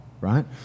right